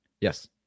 Yes